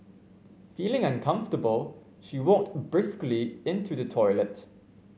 feeling uncomfortable she walked briskly into the toilet